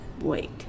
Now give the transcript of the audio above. wait